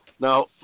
Now